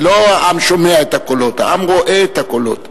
זה לא העם שומע את הקולות, העם רואה את הקולות.